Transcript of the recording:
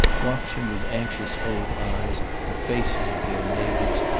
watching with anxious old eyes the faces of their neighbors,